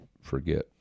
forget